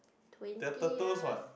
twenty years